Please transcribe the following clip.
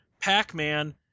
Pac-Man